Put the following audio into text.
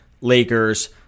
lakers